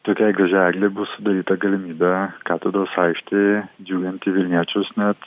tokiai gražiai eglei bus sudaryta galimybė katedros aikštėje džiuginti vilniečius net